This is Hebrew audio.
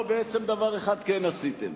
לא, בעצם דבר אחד כן עשיתם: